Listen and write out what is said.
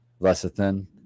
lecithin